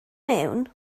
mewn